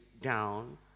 down